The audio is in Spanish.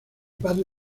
padre